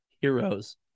Heroes